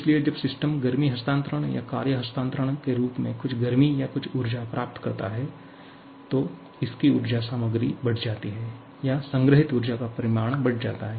इसलिए जब सिस्टम गर्मी हस्तांतरण या कार्य हस्तांतरण के रूप में कुछ गर्मी या कुछ ऊर्जा प्राप्त करता है तो इसकी ऊर्जा सामग्री बढ़ जाती है या संग्रहीत ऊर्जा का परिमाण बढ़ जाता है